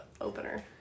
opener